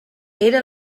era